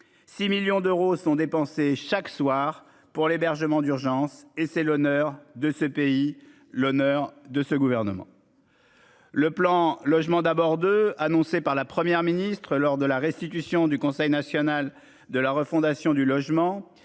6 millions d'euros sont dépensés chaque soir pour l'hébergement d'urgence et c'est l'honneur de ce pays. L'honneur de ce gouvernement. Le plan logement d'abord de annoncée par la Première ministre lors de la restitution du Conseil national de la refondation du logement